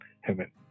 heaven